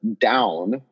down